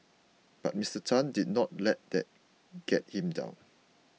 but Mister Tan did not let that get him down